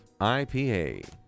IPA